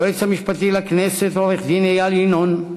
היועץ המשפטי לכנסת עורך-דין איל ינון,